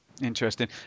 Interesting